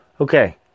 Okay